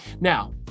Now